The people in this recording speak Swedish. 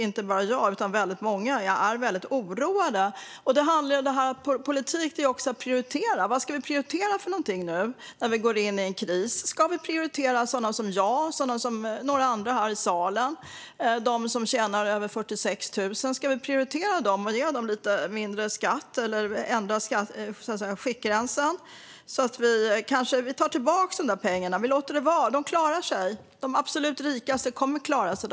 Inte bara jag utan även många andra är oroade. Politik är att prioritera. Vad ska vi prioritera nu när vi går in i en kris? Ska vi prioritera sådana som mig och många andra här i salen - de som tjänar över 46 000? Ska vi prioritera dem, ge dem lite mindre skatt och ändra skiktgränsen? Eller ska vi ta tillbaka de där pengarna och låta det vara? De klarar sig. De absolut rikaste kommer att klara sig.